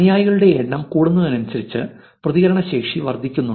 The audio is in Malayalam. അനുയായികളുടെ എണ്ണം കൂടുന്നതിനനുസരിച്ച് പ്രതികരണശേഷി വർദ്ധിക്കുന്നു